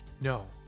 No